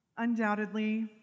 Undoubtedly